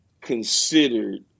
considered